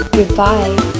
Goodbye